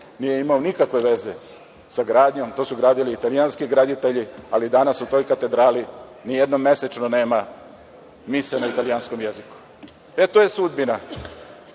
nije imamo nikakve veze sa gradnjom, to su gradili italijanski graditelji, ali danas u toj katedrali nijedna mesečno nema misa na italijanskom jeziku. To je sudbina